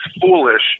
foolish